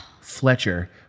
Fletcher